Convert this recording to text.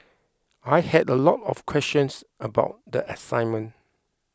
I had a lot of questions about the assignment